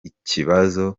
ikibazo